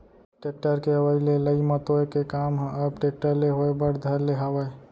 tractor के अवई ले लई मतोय के काम ह अब टेक्टर ले होय बर धर ले हावय